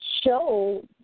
show